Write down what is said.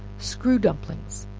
screw dumplings.